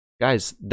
Guys